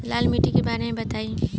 लाल माटी के बारे में बताई